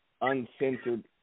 uncensored